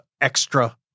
extra